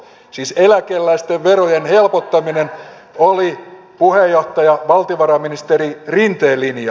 siis eläkeläisten verojen helpottaminen oli puheenjohtaja valtiovarainministeri rinteen linja